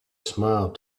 smiled